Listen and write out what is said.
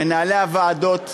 מנהלי הוועדות,